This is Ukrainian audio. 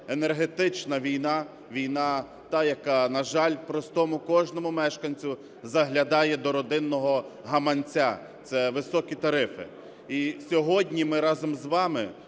енергетична війна, війна та, яка, на жаль, простому кожному мешканцю заглядає до родинного гаманця, – це високі тарифи. І сьогодні ми разом з вами,